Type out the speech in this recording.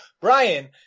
Brian